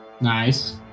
Nice